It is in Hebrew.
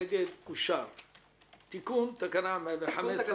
הצבעה בעד, רוב נגד, אין נמנעים, אין תקנות 1-2